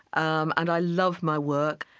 um and i love my work.